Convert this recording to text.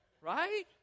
Right